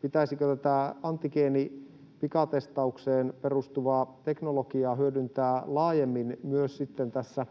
pitäisikö antigeenipikatestaukseen perustuvaa teknologiaa hyödyntää laajemmin myös koko